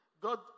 God